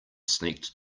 sneaked